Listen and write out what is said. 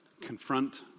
confront